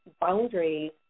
boundaries